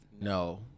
no